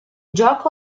gioco